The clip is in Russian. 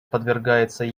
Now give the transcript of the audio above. подвергается